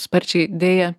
sparčiai deja